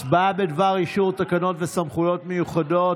הצבעה בדבר אישור תקנות סמכויות מיוחדות